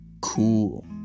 cool